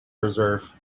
reserve